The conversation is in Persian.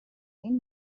این